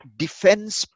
defense